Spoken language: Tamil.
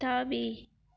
தாவி